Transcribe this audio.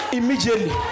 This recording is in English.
immediately